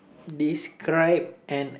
describe an